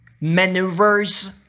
maneuvers